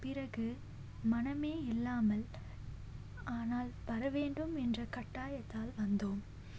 பிறகு மனமே இல்லாமல் ஆனால் வரவேண்டும் என்ற கட்டாயத்தால் வந்தோம்